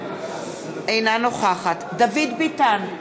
אינה נוכחת דוד ביטן,